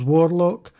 Warlock